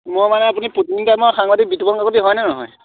মই মানে আপুনি প্ৰতিদিন টাইমৰ সাংবাদিক বিতুপন কাকতি হয়নে নহয়